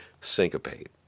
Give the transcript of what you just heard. syncopate